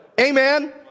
Amen